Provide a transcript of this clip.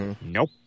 Nope